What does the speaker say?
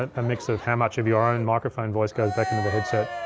a mix of how much of your own microphone voice goes back into the headset.